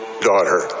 daughter